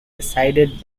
decided